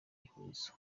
ihurizo